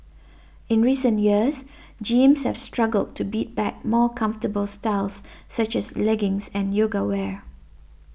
in recent years jeans have struggled to beat back more comfortable styles such as leggings and yoga wear